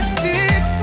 six